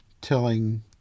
telling